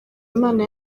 imana